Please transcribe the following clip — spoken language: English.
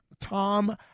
Tom